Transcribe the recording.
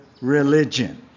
religion